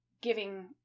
giving